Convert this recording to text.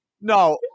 No